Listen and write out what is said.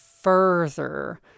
further